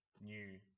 new